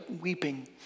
weeping